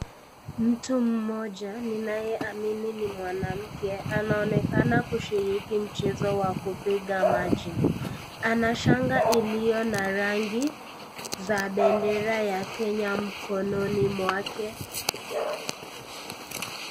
Mtu mmoja ninaye amini ni mwanamke anaonekana kushiriki mchezo wa kupiga maji. Ana shanga iliyo na rangi za bendera ya Kenya mkononi mwake.